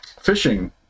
fishing